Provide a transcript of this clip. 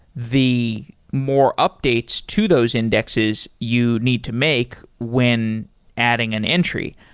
the more updates to those indexes you need to make when adding an entry.